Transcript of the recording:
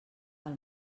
del